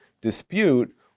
dispute